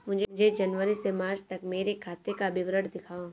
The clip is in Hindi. मुझे जनवरी से मार्च तक मेरे खाते का विवरण दिखाओ?